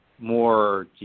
more